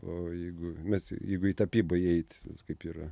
o jeigu mes jeigu į tapybą įeit kaip yra